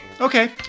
okay